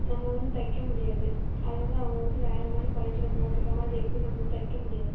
நம்ம வந்து தைக்க முடியாது அது வந்து அவங்க வந்து வேறே ஒரு மாதிரி குவாலிட்டியில் போட்டிருப்பாங்க அதை எப்படியும் நம்ம தைக்க முடியாது